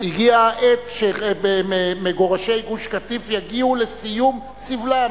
הגיע העת שמגורשי גוש-קטיף יגיעו לסיום סבלם.